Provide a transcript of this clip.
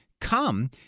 come